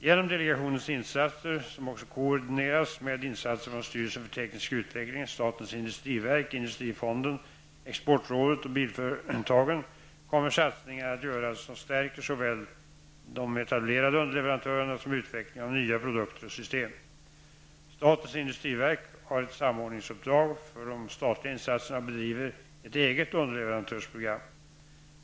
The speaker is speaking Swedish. Genom delegationens insatser, som också koordineras med insatser från styrelsen för teknisk utveckling, statens industriverk, industrifonden, exportrådet och bilföretagen kommer satsningar att göras som stärker såväl de etablerade underleverantörerna som utvecklingen av nya produkter och system. Statens industriverk har ett samordningsuppdrag för de statliga insatserna och bedriver ett eget underleverantörsprogram.